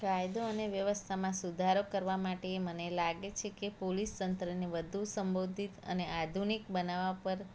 કાયદો અને વ્યવસ્થામાં સુધારો કરવા માટે મને લાગે છે કે પોલીસ તંત્રને વધુ સંબોધિત અને આધુનિક બનાવવા પર